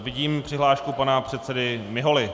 Vidím přihlášku pana předsedy Miholy.